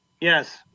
Yes